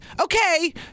Okay